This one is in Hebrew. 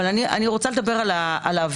אני רוצה לדבר על האווירה,